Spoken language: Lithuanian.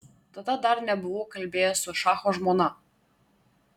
tada dar nebuvau kalbėjęs su šacho žmona